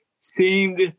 seemed